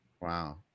Wow